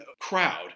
crowd